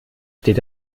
steht